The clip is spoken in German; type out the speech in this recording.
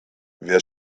wer